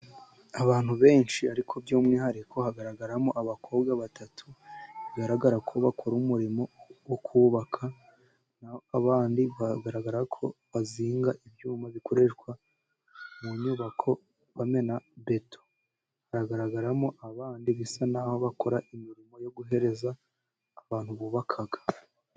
Abantu benshi ariko by'umwihariko hagaragaramo abakobwa batatu bigaragara ko bakora umurimo wo kubaka. Abandi bagaragara ko bazinga ibyuma bikoreshwa mu nyubako, bamena beto. Hagaragaramo abandi, bisa n'aho bakora imirimo yo guhereza abantu bubaka.